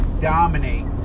dominate